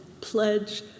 pledge